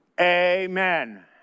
Amen